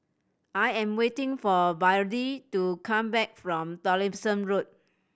I am waiting for Byrdie to come back from Tomlinson Road